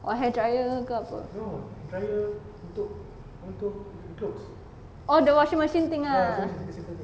or hair dryer ke apa oh the washing machine thing ah